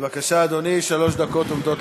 לאחרונה הושלם גם מהלך,